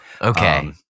okay